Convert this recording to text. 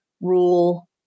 rule